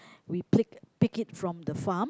we pick pick it from the farm